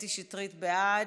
קטי שטרית בעד,